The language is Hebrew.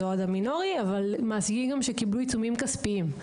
וגם מעסיקים שקיבלו עיצומים כספיים.